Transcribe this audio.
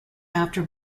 after